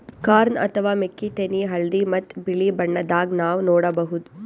corn ಅಥವಾ ಮೆಕ್ಕಿತೆನಿ ಹಳ್ದಿ ಮತ್ತ್ ಬಿಳಿ ಬಣ್ಣದಾಗ್ ನಾವ್ ನೋಡಬಹುದ್